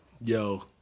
Yo